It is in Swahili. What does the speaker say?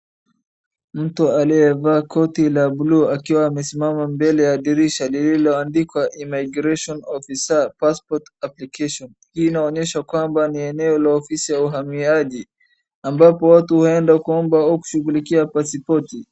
Mtu aliyevaa koti la bluu akiwa amesimama mbele ya dirisha lililoandikwa immigration officer passport apllication .Hii inaonyesha kwamba ni eneo la uhamiaji ambapo watu huenda kuoba au kushughulikia pasipoti.